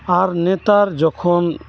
ᱟᱨ ᱱᱮᱛᱟᱨ ᱡᱚᱠᱷᱚᱱ